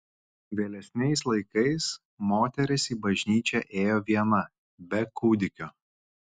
vėlesniais laikais moteris į bažnyčią ėjo viena be kūdikio